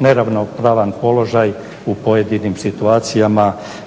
neravnopravan položaj u pojedinim situacijama